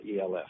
ELF